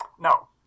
No